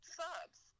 subs